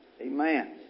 Amen